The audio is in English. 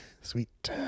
Sweet